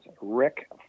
Rick